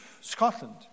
Scotland